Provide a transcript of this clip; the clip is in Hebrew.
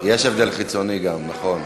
יש גם הבדל, יש גם הבדל חיצוני, נכון,